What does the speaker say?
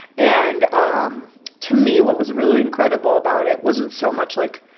and um to me, what was really incredible about it wasn't so much, like,